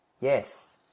Yes